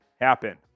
happen